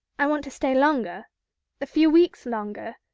i want to stay longer a few weeks longer.